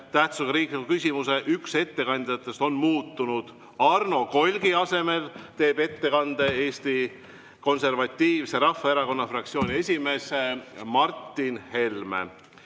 tähtsusega riikliku küsimuse üks ettekandjatest on muutunud, Arno Kolgi asemel teeb ettekande Eesti Konservatiivse Rahvaerakonna fraktsiooni esimees Martin Helme.